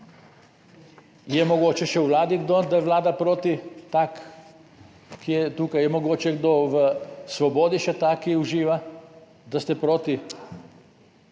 Je mogoče še v vladi kdo, da je vlada proti, tak, ki je tukaj? Je mogoče kdo v Svobodi še tak, ki uživa, da ste proti?